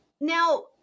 Now